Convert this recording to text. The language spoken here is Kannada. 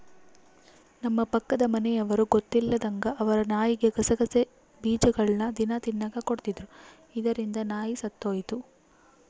ನಮ್ಮ ಪಕ್ಕದ ಮನೆಯವರು ಗೊತ್ತಿಲ್ಲದಂಗ ಅವರ ನಾಯಿಗೆ ಗಸಗಸೆ ಬೀಜಗಳ್ನ ದಿನ ತಿನ್ನಕ ಕೊಡ್ತಿದ್ರು, ಇದರಿಂದ ನಾಯಿ ಸತ್ತೊಯಿತು